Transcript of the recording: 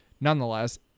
nonetheless